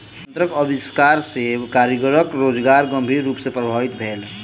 यंत्रक आविष्कार सॅ कारीगरक रोजगार गंभीर रूप सॅ प्रभावित भेल